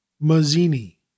Mazzini